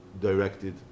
directed